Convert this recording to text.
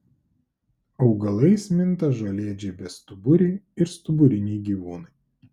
augalais minta žolėdžiai bestuburiai ir stuburiniai gyvūnai